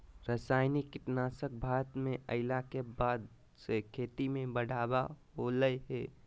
रासायनिक कीटनासक भारत में अइला के बाद से खेती में बढ़ावा होलय हें